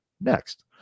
next